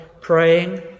praying